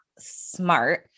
smart